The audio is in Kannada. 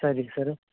ಸರಿ ಸರ್